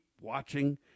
watching